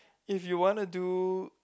if you wanna do